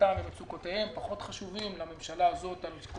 פרנסתם ומצוקותיהם פחות חשובים לממשלה הזאת על כל